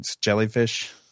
jellyfish